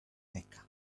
mecca